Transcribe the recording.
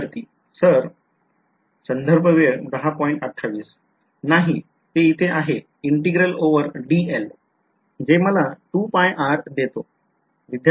विध्यार्थी सर विध्यार्थी नाही ते इथे आहे integral over dl मला 2∏r देतो